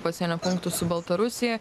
pasienio punktus su baltarusija